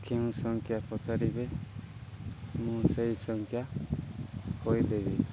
କେଉଁ ସଂଖ୍ୟା ପଚାରିବେ ମୁଁ ସେହି ସଂଖ୍ୟା କହିଦେବି